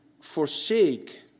forsake